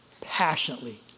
passionately